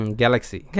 galaxy